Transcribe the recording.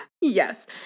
Yes